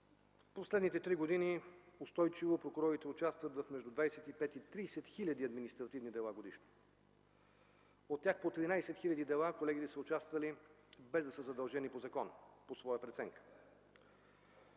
В последните три години устойчиво прокурорите участват в между 25 и 30 хиляди административни дела годишно. От тях по 13 хиляди дела колегите са участвали, без да са задължени по закон – по своя преценка.